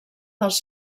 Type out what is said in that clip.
dels